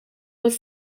would